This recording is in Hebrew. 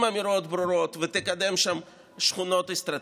אמירות ברורות ותקדם שם שכונות אסטרטגיות.